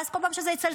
ואז כל פעם שזה יצלצל,